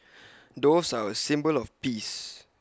doves are A symbol of peace